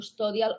custodial